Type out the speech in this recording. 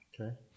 Okay